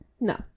No